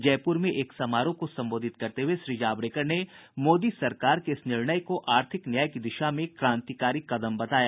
जयपुर में एक समारोह को संबोधित करते हुए श्री जावड़ेकर ने मोदी सरकार के इस निर्णय को आर्थिक न्याय की दिशा में क्रांतिकारी कदम बताया